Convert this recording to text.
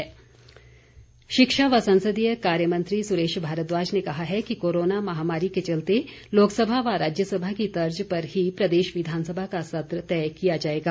भारद्वाज शिक्षा व संसदीय कार्य मंत्री सुरेश भारद्वाज ने कहा है कि कोरोना महामारी के चलते लोकसभा व राज्यसभा की तर्ज पर ही प्रदेश विधानसभा का सत्र तय किया जाएगा